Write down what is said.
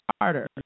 harder